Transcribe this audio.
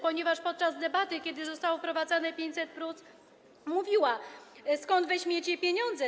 Ponieważ podczas debaty, kiedy zostało wprowadzone 500+, mówiła: Skąd weźmiecie pieniądze?